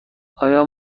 آیا